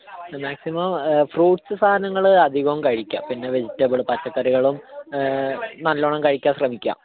maximum fruits സാധനങ്ങൾ അധികം കഴിക്കുക പിന്നെ വെജിറ്റബിൾ പച്ചക്കറികളും നല്ലവണ്ണം കഴിക്കാൻ ശ്രമിക്കുക